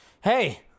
Hey